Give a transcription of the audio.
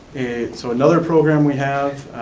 so another program we have,